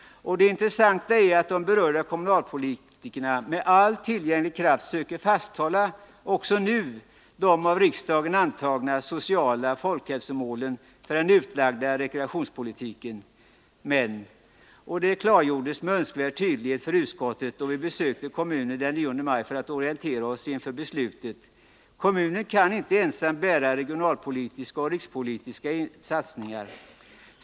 Det intressanta är att de berörda kommunalpolitikerna med all tillgänglig kraft också nu söker fasthålla vid de av riksdagen antagna folkhälsomålen för den utlagda rekreationspolitiken. Men som klargjordes med önskvärd tydlighet för utskottet då vi besökte kommunen den 9 maj för att orientera oss inför beslutet kan inte kommunen ensam bära regionalpolitiska och rikspolitiska satsningar.